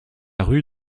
rue